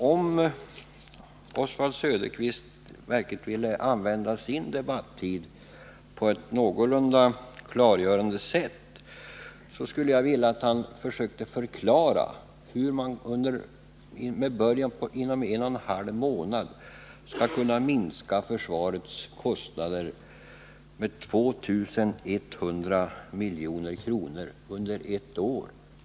Om Oswald Söderqvist verkligen ville använda sin debattid konstruktivt, skulle han kunna försöka förklara hur man med början inom en och en halv månad skall kunna minska försvarets kostnader med 2 100 milj.kr. under ett år.